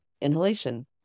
inhalation